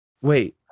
Wait